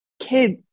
kids